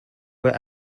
were